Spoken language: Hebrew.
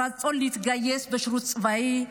רצון להתגייס לשירות צבאי,